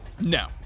No